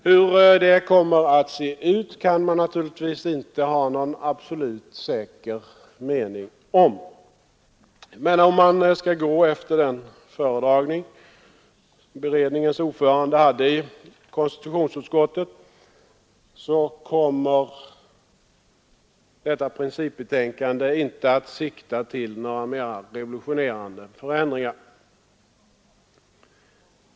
Hur det kommer att se ut kan man naturligtvis inte ha någon absolut säker mening om. Men om man skall gå efter den föredragning som beredningens ordförande hade i konstitutionsutskottet, så kommer detta principbetänkande inte att sikta till några mera revolutionerande förändringar.